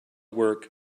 work